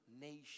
nation